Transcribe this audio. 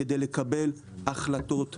כדי לקבל החלטות באחריות,